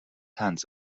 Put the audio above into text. hands